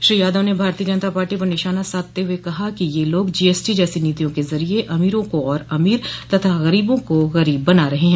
श्री यादव ने भारतीय जनता पार्टी पर निशाना साधते हुए कहा कि ये लोग जीएसटी जैसी नीतियों के जरिए अमीरों को और अमीर तथा गरीबों का और गरीब बना रहे हैं